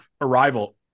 arrival